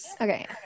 Okay